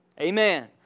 Amen